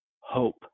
hope